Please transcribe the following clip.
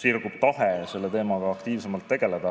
sirgub tahe selle teemaga aktiivsemalt tegeleda.